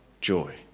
joy